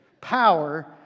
power